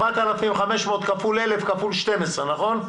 4,500 כפול 1,000 כפול 12, נכון?